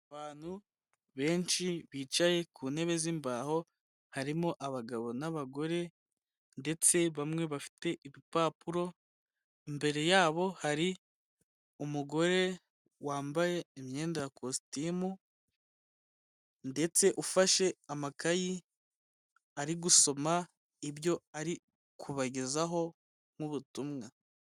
Abantu benshi bicaye ku ntebe z'imbaho harimo abagabo n'abagore ndetse bamwe bafite ibipapuro imbere yabo hari umugore wambaye imyenda ya kositimu ndetse ufashe amakayi ari gusoma ibyo ari kubagezaho nk'ubutumwa.